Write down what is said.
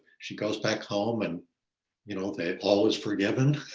she goes back home and you know, they ah always forgiven.